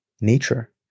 nature